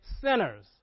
sinners